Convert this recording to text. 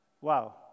Wow